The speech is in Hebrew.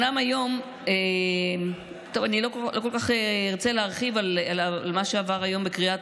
אני לא כל כך ארצה להרחיב על מה שעבר היום בקריאה